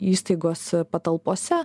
įstaigos patalpose